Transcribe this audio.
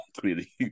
clearly